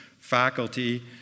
faculty